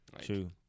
true